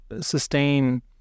sustain